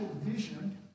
vision